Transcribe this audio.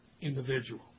individual